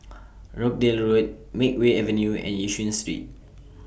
Rochdale Road Makeway Avenue and Yishun Street